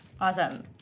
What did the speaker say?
Awesome